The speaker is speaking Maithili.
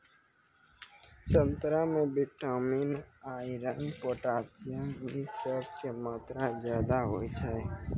संतरा मे विटामिन, आयरन, पोटेशियम इ सभ के मात्रा ज्यादा होय छै